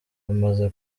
hamaze